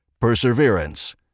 Perseverance